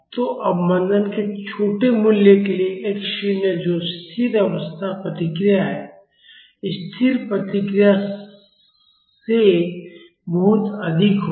तो अवमंदन के छोटे मूल्यों के लिए x शून्य जो स्थिर अवस्था प्रतिक्रिया है स्थिर प्रतिक्रिया से बहुत अधिक होगी